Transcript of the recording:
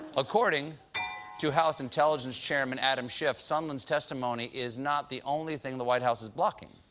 according to house intelligence chairman adam schiff, sondland's testimony is not the only thing the white house is blocking.